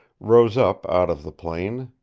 rose up out of the plain,